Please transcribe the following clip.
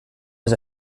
was